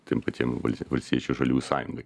tiem patiem val valstiečių ir žaliųjų sąjungojai